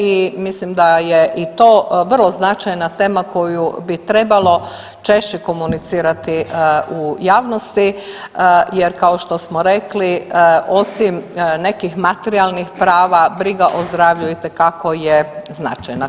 I mislim da je i to vrlo značajna tema koju bi trebalo češće komunicirati u javnosti, jer kao što smo rekli osim nekih materijalnih prava, briga o zdravlju itekako je značajna.